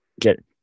get